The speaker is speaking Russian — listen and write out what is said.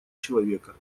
человека